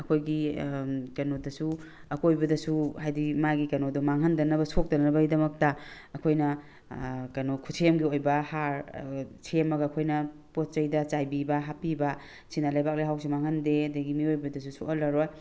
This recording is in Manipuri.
ꯑꯩꯈꯣꯏꯒꯤ ꯀꯩꯅꯣꯗꯁꯨ ꯑꯀꯣꯏꯕꯗꯁꯨ ꯍꯥꯏꯕꯗꯤ ꯃꯥꯒꯤ ꯀꯩꯅꯣꯗꯣ ꯃꯥꯡꯍꯟꯗꯅꯕ ꯁꯣꯛꯇꯅꯕꯒꯤꯗꯃꯛꯇ ꯑꯩꯈꯣꯏꯅ ꯀꯩꯅꯣ ꯈꯨꯠꯁꯦꯝꯒꯤ ꯑꯣꯏꯕ ꯍꯥꯔ ꯁꯦꯝꯃꯒ ꯑꯩꯈꯣꯏꯅ ꯄꯣꯠ ꯆꯩꯗ ꯆꯥꯏꯕꯤꯕ ꯍꯥꯞꯄꯤꯕ ꯁꯤꯅ ꯂꯩꯕꯥꯛ ꯂꯩꯍꯥꯎꯁꯤ ꯃꯥꯡꯍꯟꯗꯦ ꯑꯗꯒꯤ ꯃꯤꯑꯣꯏꯕꯗꯁꯨ ꯁꯣꯛꯍꯜꯂꯔꯣꯏ